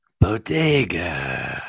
Bodega